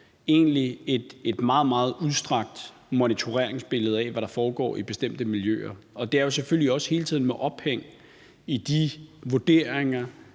egentlig et meget, meget udstrakt monitoreringsbillede af, hvad der foregår i bestemte miljøer. Og det er jo selvfølgelig hele tiden med ophæng i de vurderinger